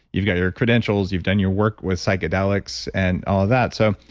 you've got your credentials. you've done your work with psychedelics and all of that. so